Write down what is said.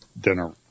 dinner